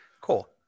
Cool